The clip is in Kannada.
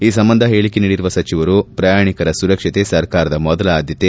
ಈ ಸಂಬಂಧ ಹೇಳಿಕೆ ನೀಡಿರುವ ಸಚಿವರು ಪ್ರಯಾಣಿಕರ ಸುರಕ್ಷತೆ ಸರ್ಕಾರದ ಮೊದಲ ಆದ್ದತೆ